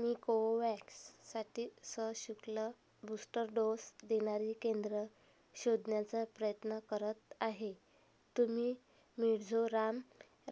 मी कोवोव्हॅक्ससाठी सशुल्क booster dose देणारी केंद्र शोधण्याचा प्रयत्न करत आहे तुम्ही मिझोराम